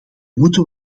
moeten